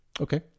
Okay